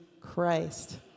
christ